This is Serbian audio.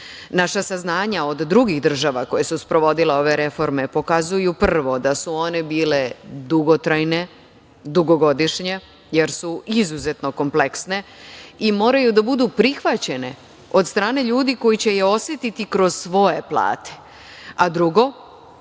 Naša saznanja od drugih država koje su sprovodile ove reforme pokazuju, prvo, da su one bile dugotrajne, dugogodišnje, jer su izuzetno kompleksne i moraju da budu prihvaćene od strane ljudi koji će je osetiti kroz svoje plate a, drugo,